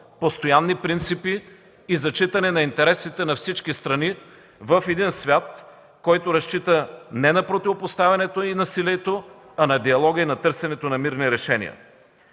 постоянни принципи и зачитане на интересите на всички страни в един свят, който разчита не на противопоставянето и насилието, а на диалога и на търсенето на мирни решения.